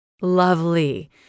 Lovely